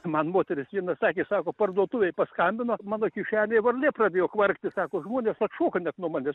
man moteris viena sakė sako parduotuvėj paskambino mano kišenėje varlė pradėjo kvarkti sako žmonės atšoko net nuo manęs